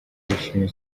bishimye